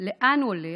לאן הוא הולך,